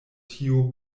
tiu